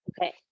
Okay